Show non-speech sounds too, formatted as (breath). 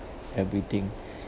everything (breath)